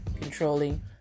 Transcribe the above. controlling